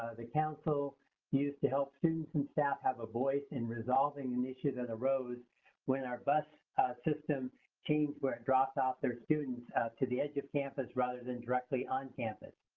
ah the council used to help students and staff have a voice in resolving an issue that arose when our bus system changed where it dropped off their students to the edge of campus rather than directly on campus.